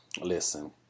listen